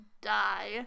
die